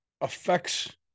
affects